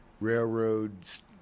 railroads